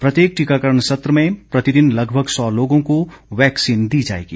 प्रत्येक टीकाकरण सत्र में प्रतिदिन लगभग सौ लोगों को वैक्सीन दी जाएगी